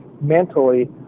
mentally